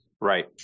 right